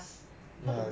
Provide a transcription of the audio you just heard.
ya